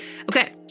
okay